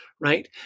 right